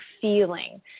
feeling